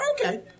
Okay